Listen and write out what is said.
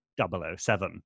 007